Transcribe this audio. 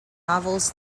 novels